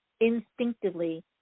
instinctively